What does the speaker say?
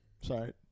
Sorry